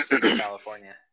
california